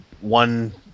one